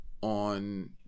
on